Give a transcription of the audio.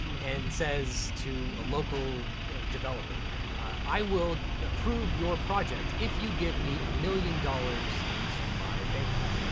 and says to a local developer i will approve your project if you give me a million dollars into my bank account.